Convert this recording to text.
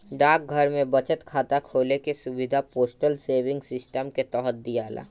डाकघर में बचत खाता खोले के सुविधा पोस्टल सेविंग सिस्टम के तहत दियाला